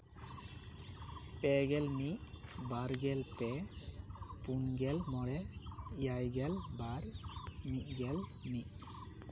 ᱯᱮᱜᱮᱞ ᱢᱤᱫ ᱵᱟᱨᱜᱮᱞ ᱯᱮ ᱯᱩᱱᱜᱮᱞ ᱢᱚᱬᱮ ᱮᱭᱟᱭᱜᱮᱞ ᱵᱟᱨ ᱢᱤᱫᱜᱮᱞ ᱢᱤᱫ